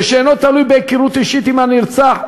ושאינו תלוי בהיכרות אישית עם הנרצח,